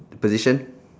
position